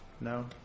No